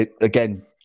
again